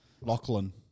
Lachlan